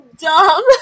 dumb